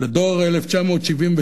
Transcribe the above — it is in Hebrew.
לדור 1973,